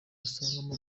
wasangamo